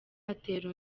atera